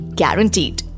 guaranteed